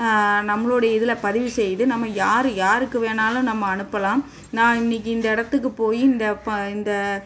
நம்ளோடைய இதில் பதிவு செய்து நம்ம யார் யாருக்கு வேணாலும் நம்ம அனுப்பலாம் நான் இன்னைக்கு இந்த இடத்துக்கு போய் இந்த இப்போ இந்த